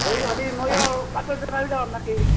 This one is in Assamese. অয় হ'লে মইও পাটৰযোৰাই ওলাম নেকি